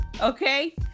okay